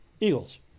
Eagles